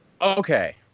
Okay